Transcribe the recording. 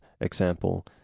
example